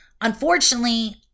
Unfortunately